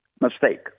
mistake